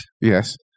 Yes